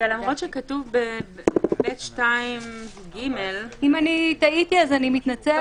למרות שכתוב ב-ב2ג- -- אם טעיתי, אני מתנצלת.